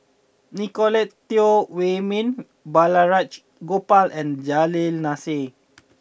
Nicolette Teo Wei Min Balraj Gopal and Nasir Jalil